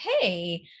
hey